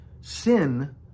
Sin